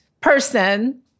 person